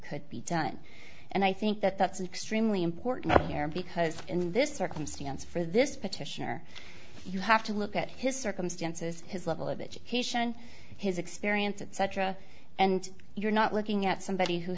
could be done and i think that that's extremely important here because in this circumstance for this petitioner you have to look at his circumstances his level of education his experience etc and you're not looking at somebody who